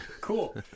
Cool